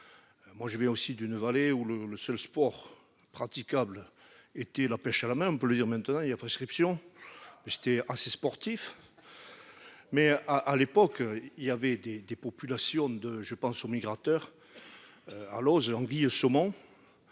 moi je vais aussi d'une vallée où le le seul sport praticable, été la pêche à la main, on peut le dire, maintenant il y a prescription, j'étais assez sportif mais à à l'époque il y avait des des populations de je pense aux migrateurs à l'anguille saumon